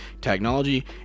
technology